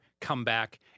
comeback